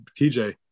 TJ